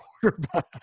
quarterback